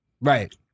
Right